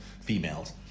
females